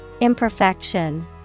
Imperfection